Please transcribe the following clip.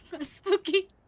spooky